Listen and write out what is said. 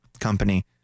company